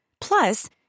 Plus